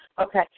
Okay